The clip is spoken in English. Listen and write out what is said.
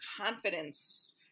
confidence